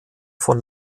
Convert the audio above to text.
von